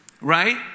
right